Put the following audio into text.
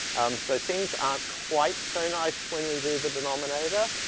um, so things aren't quite so nice when we do the denominator.